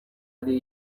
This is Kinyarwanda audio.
hari